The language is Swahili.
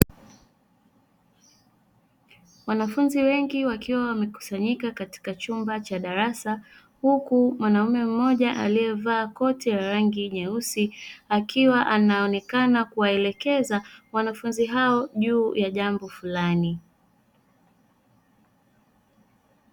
Wanafunzi wengi wakiwa wamekusanyika katika chumba cha darasa, huku mwanaume mmoja aliye vaa koti la rangi nyeusi akiwa anaonekana kuwaelekeza wanafunzi hao juu ya jambo fulani.